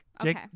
Okay